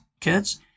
kids